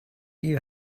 you